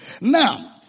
Now